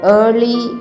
early